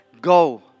go